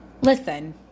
listen